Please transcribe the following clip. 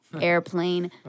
airplane